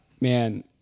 man